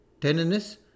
tenderness